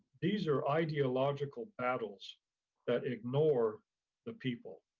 these are ideological battles that ignore the people.